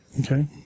Okay